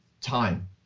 time